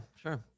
sure